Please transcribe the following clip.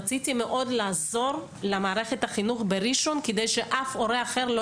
רציתי מאוד לעזור למערכת החינוך בראשון כדי שאף הורה אחר לא